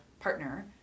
partner